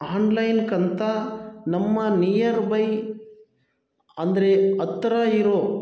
online ಕಂತ ನಮ್ಮ near by ಅಂದರೆ ಹತ್ರ ಇರೋ